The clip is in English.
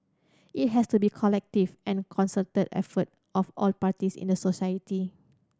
it has to be collective and concerted effort of all parties in the society